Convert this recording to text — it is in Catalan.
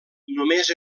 només